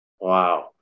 Wow